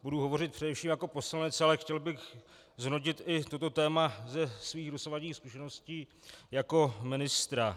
Budu hovořit především jako poslanec, ale chtěl bych zhodnotit i toto téma ze svých dosavadních zkušeností jako ministr.